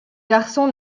garçon